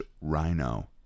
rhino